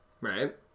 Right